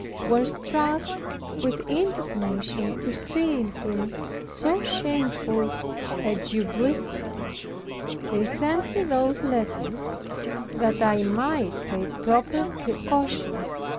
were struck with indignation to see in him so shameful a duplicity. they sent me those letters that i might take proper precautions.